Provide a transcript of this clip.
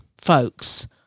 folks